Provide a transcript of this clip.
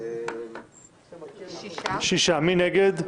מי נגד?